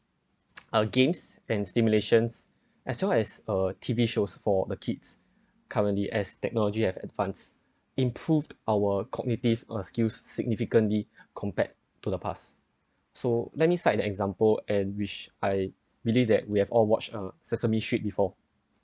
our games and stimulations as long as uh T_V shows for the kids currently as technology have advanced improved our cognitive or skills significantly compared to the past so let me cite the example and which I believe that we have all watch uh sesame street before